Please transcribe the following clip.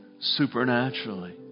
supernaturally